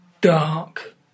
dark